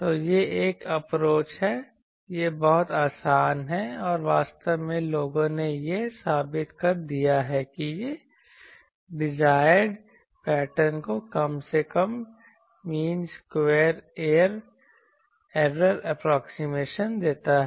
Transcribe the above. तो यह एक अप्रोच है यह बहुत आसान है और वास्तव में लोगों ने यह साबित कर दिया है कि यह डिजायरड पैटर्न को कम से कम मीन स्क्वायर ऐरर एप्रोक्सीमेशन देता है